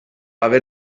haver